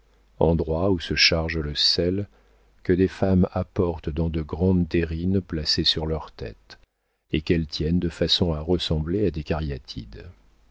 endroit où se charge le sel que des femmes apportent dans de grandes terrines placées sur leurs têtes et qu'elles tiennent de façon à ressembler à des